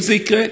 אם זה יקרה,